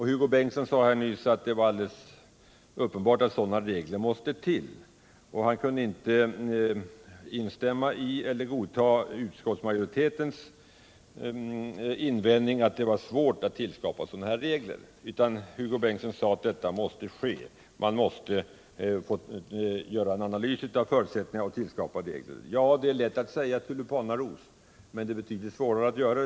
Hugo Bengtsson sade nyss att det är alldeles uppenbart att sådana regler måste till, och han kunde inte godta utskottsmajoritetens invändning att det är svårt att tillskapa dessa regler. Hugo Bengtsson sade att man måste göra en analys av förutsättningarna och sedan utforma regler. Det är lätt att säga tulipanaros, men det är som bekant betydligt svårare att göra en.